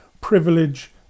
privilege